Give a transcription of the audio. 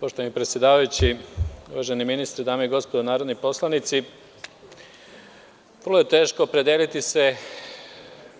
Poštovani predsedavajući, uvaženi ministre, dame i gospodo narodni poslanici, vrlo je teško opredeliti se